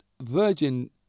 Virgin